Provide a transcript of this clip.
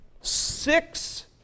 six